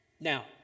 Now